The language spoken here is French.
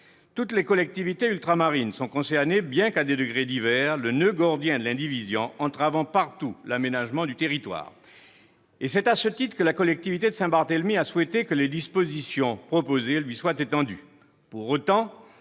toutes les collectivités ultramarines sont concernées, le noeud gordien de l'indivision entravant partout l'aménagement du territoire. C'est à ce titre que la collectivité de Saint-Barthélemy a souhaité que les dispositions proposées lui soient étendues. Pour autant,